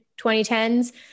2010s